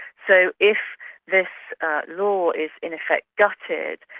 so if this law is in effect gutted,